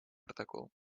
протокол